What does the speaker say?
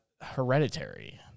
Hereditary